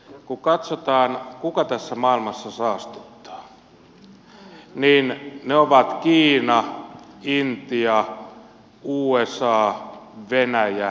kun katsotaan kuka tässä maailmassa saastuttaa niin ne ovat kiina intia usa venäjä tällaiset maat